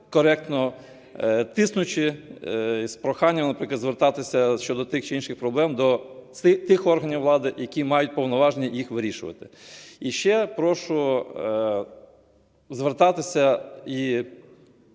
коректно тиснучи, з проханням, наприклад, звертатися щодо тих чи інших проблем до тих органів влади, які мають повноваження їх вирішувати. І ще прошу звертатися і